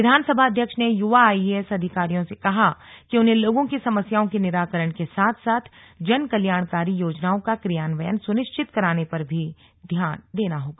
विधानसभा अध्यक्ष ने युवा आईएएस अधिकारियों से कहा कि उन्हें लोगों की समस्याओं के निराकरण के साथ साथ जनकल्याणकारी योजनाओं का क्रियान्वयन सुनिश्चित कराने पर भी ध्यान देना होगा